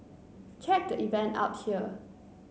check the event out here